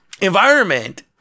Environment